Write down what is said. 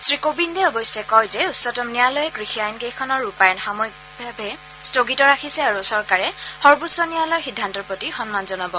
শ্ৰীকোবিন্দে অৱশ্যে কয় যে উচ্চতম ন্যায়ালয়ে কৃষি আইনকেইখনৰ ৰূপায়ণ সাময়িকভাৱে স্থগিত ৰাখিছে আৰু চৰকাৰে সৰ্বোচ্চ ন্যায়ালয়ৰ সিদ্ধান্তৰ প্ৰতি সন্মান জনাব